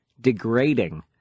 degrading